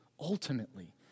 ultimately